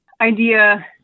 idea